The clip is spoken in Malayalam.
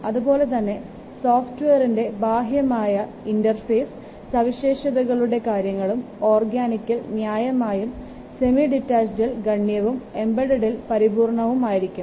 അതുപോലെതന്നെ സോഫ്റ്റ്വെയറിന്റെ ബാഹ്യമായ ഇന്റർഫേസ് സവിശേഷതകളുടെ കാര്യങ്ങളും ഓർഗാനിക്കിൽ ന്യായമായും സെമി ഡിറ്റാച്ചഡിൽ ഗണ്യവും എംബഡഡിൽ പരിപൂർണ്ണവും ആയിരിക്കും